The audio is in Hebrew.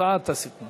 הצעת הסיכום